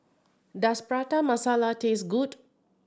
does Prata Masala taste good